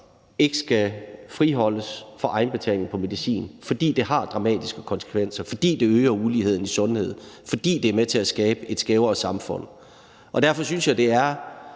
børn skal friholdes for egenbetaling på medicin. Det vil jeg ikke, fordi det har dramatiske konsekvenser, fordi det øger uligheden i sundhed, og fordi det er med til at skabe et skævere samfund. Derfor synes jeg, det er